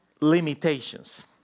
limitations